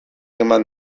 eman